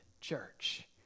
church